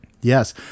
Yes